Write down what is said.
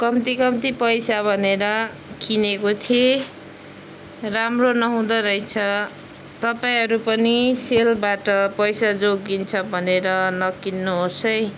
कम्ती कम्ती पैसा भनेर किनेको थिएँ राम्रो नहुँदो रहेछ तपाईँहरू पनि सेलबाट पैसा जोगिन्छ भनेर नकिन्नुहोस् है